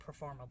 performable